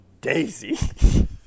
daisy